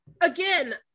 Again